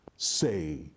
say